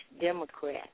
Democrat